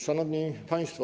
Szanowni Państwo!